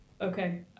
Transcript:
okay